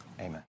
Amen